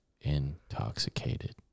intoxicated